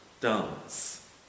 dance